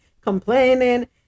complaining